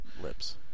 lips